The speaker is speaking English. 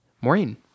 Maureen